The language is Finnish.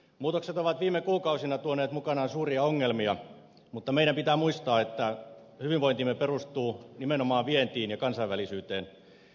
muutokset ovat viime kuukausina tuoneet mukanaan suuria ongelmia mutta meidän pitää muistaa että hyvinvointimme perustuu nimenomaan vientiin ja kansainvälisyyteen